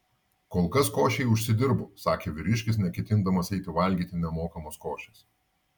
kol kas košei užsidirbu sakė vyriškis neketindamas eiti valgyti nemokamos košės